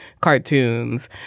cartoons